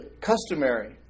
customary